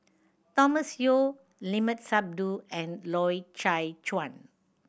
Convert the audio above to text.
Thomas Yeo Limat Sabtu and Loy Chye Chuan